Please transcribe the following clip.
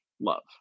love